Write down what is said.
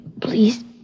Please